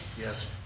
Yes